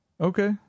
Okay